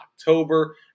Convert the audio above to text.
October